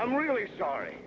i'm really sorry